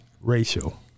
racial